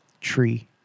tree